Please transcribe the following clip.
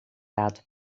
laten